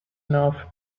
enough